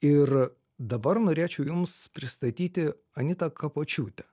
ir dabar norėčiau jums pristatyti anitą kapočiūtę